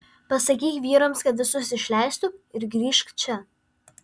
pasakyk vyrams kad visus išleistų ir grįžk čia